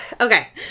Okay